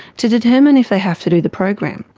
to determine if they have to do the program.